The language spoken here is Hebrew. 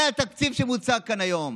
זה התקציב שמוצע כאן היום.